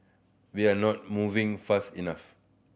we are not moving fast enough